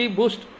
boost